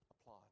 Applaud